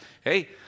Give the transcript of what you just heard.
Hey